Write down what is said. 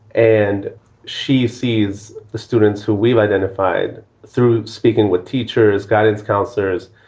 and she sees the students who we've identified through speaking with teachers, guidance counselors,